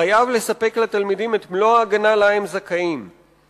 חייב לספק לתלמידים את מלוא ההגנה שהם זכאים לה.